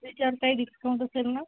त्याच्यावर काही डिस्काऊंट असेल ना